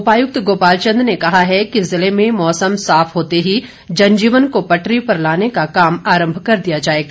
उपायुक्त गोपाल चंद ने कहा है कि जिले में मौसम साफ होते ही जनजीवन को पटरी पर लाने का काम आरंभ कर दिया जाएगा